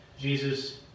Jesus